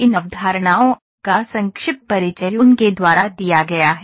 इन अवधारणाओं का संक्षिप्त परिचय उनके द्वारा दिया गया है